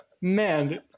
man